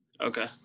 Okay